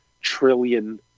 trillion